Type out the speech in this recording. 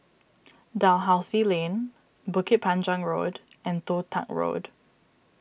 Dalhousie Lane Bukit Panjang Road and Toh Tuck Road